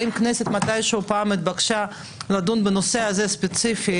האם הכנסת מתישהו פעם התבקשה לדון בנושא הזה ספציפית